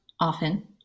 Often